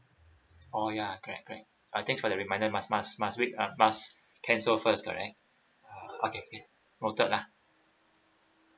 oh ya correct correct I think for the reminded must must must wait ah must cancel first correct okay can noted ah